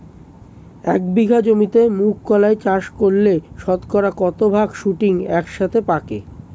এক বিঘা জমিতে মুঘ কলাই চাষ করলে শতকরা কত ভাগ শুটিং একসাথে পাকে?